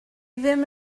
ddim